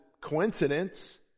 coincidence